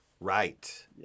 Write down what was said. Right